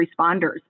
responders